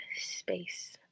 space